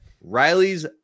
Riley's